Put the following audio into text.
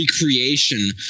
recreation